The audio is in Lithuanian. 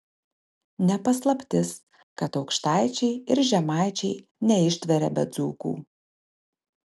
ne paslaptis kad aukštaičiai ir žemaičiai neištveria be dzūkų